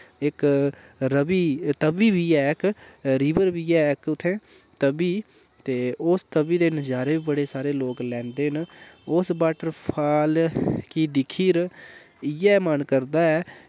इक रवि तवी बी ऐ इक रिवर बी ऐ इक उत्थें तवी ते उस तवी दे नज़ारे बी बड़े सारे लोक लैंदे न उस वाटरफाल गी दिक्खी'री मन करदा ऐ